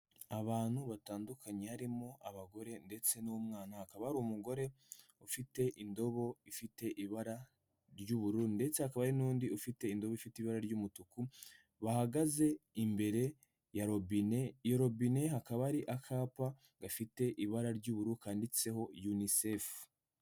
Abantu batandukanye, harimo abagore ndetse n'umwana, hakaba hari umugore ufite indobo ifite ibara ry'ubururu ndetse hakaba hari n'undi ufite indobo ifite ibara ry'umutuku, bahagaze imbere ya robine, iyo robine hakaba hari akapa gafite ibara ry'ubururu kanditseho Unicef.